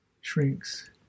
shrinks